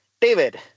David